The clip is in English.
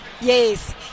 Yes